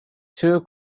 two